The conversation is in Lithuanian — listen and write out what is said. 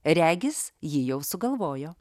regis ji jau sugalvojo